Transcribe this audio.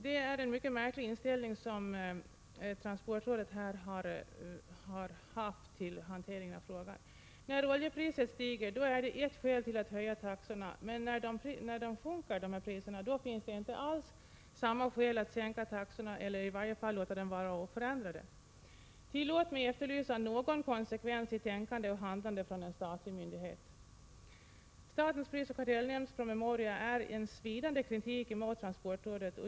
Det är en mycket märklig inställning som transportrådet har haft vid hanteringen av frågan. När oljepriserna stiger är det ett skäl till att höja taxorna. Men när oljepriserna sjunker är det inte alls något skäl till att sänka taxorna eller i varje fall låta dem vara oförändrade. Tillåt mig efterlysa någon konsekvens i tänkandet och handlandet hos en statlig myndighet. Statens prisoch kartellnämnds promemoria är en svidande kritik mot transportrådet.